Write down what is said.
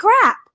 crap